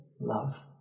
love